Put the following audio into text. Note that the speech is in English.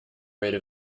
rate